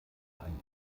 einen